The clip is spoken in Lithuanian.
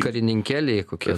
karininkėliai kokie